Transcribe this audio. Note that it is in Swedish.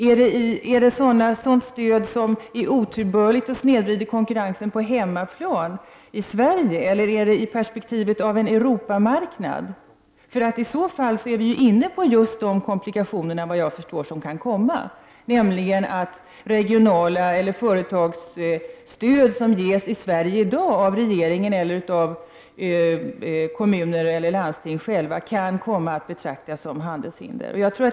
Är det sådant stöd som är otillbörligt och snedvrider konkurrensen på hemmaplan, i Sverige, eller är det i perspektivet av en Europamarknad? I så fall är vi inne på just de komplikationer som kan uppstå, nämligen att regionalt stöd eller företagsstöd som ges i Sverige i dag av regeringen, kommuner eller landsting kan komma att betraktas som handelshinder.